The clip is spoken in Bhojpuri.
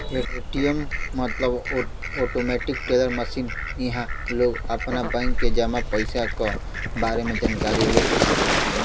ए.टी.एम मतलब आटोमेटिक टेलर मशीन इहां लोग आपन बैंक में जमा पइसा क बारे में जानकारी ले सकलन